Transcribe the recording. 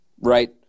right